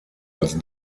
als